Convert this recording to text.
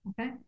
Okay